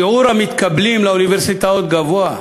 שיעור המתקבלים לאוניברסיטאות גבוה.